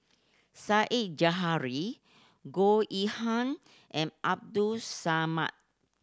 Said Zahari Goh Yihan and Abdul Samad